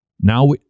Now